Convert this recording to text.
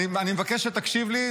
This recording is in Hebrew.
אני מבקש שתקשיב לי,